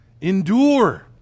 endure